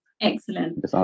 Excellent